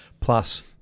plus